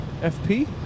FP